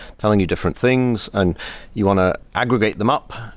telling you different things, and you want to aggregate them up,